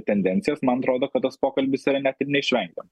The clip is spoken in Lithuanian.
tendencijas man atrodo kad tas pokalbis yra net neišvengia